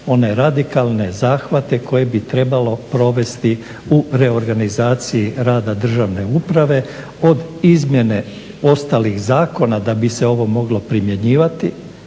one radikalne zahvate koje bi trebalo provesti u reorganizaciji rada državne uprave od izmjene ostalih zakona da bi se ovo moglo primjenjivati,